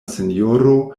sinjoro